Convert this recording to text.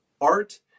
art